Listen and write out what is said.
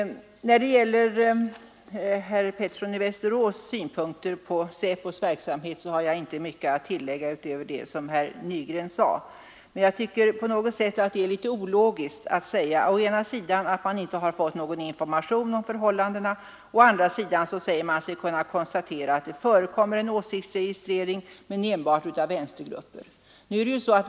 När det gäller herr Petterssons i Västerås synpunkter på SÄPO:s verksamhet har jag inte mycket att tillägga utöver vad herr Nygren sade. Jag tycker att det på något sätt är ologiskt att å ena sidan framhålla att man inte har fått någon information om förhållandena och å andra sidan påstå att man har kunnat konstatera att det förekommer en åsiktsregistrering men enbart av vänstergrupper.